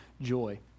joy